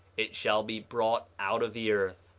it shall be brought out of the earth,